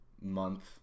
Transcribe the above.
month